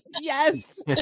yes